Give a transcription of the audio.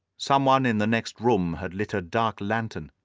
someone in the next room had lit a dark-lantern.